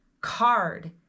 card